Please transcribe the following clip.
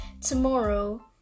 tomorrow